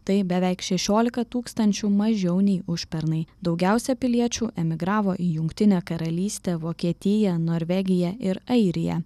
tai beveik šešiolika tūkstančių mažiau nei užpernai daugiausiai piliečių emigravo į jungtinę karalystę vokietiją norvegiją ir airiją